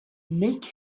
make